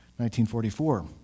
1944